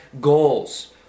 goals